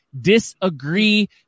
disagree